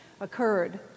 occurred